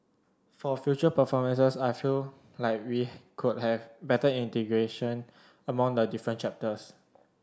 for future performances I feel like we could have better integration among the different chapters